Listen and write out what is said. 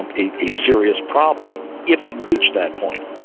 and a a serious problem if you reach that point